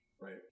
right